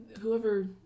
whoever